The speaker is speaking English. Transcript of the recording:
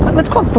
let's go